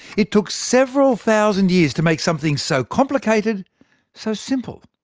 it took several thousand years to make something so complicated so simple.